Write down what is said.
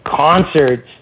concerts